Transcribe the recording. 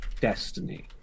destiny